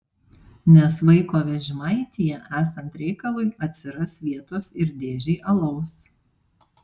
nes vaiko vežimaityje esant reikalui atsiras vietos ir dėžei alaus